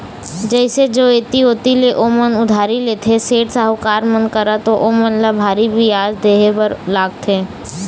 जइसे जो ऐती ओती ले ओमन उधारी लेथे, सेठ, साहूकार मन करा त ओमन ल भारी बियाज देहे बर लागथे